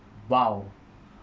!wow!